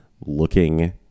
looking